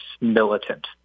militant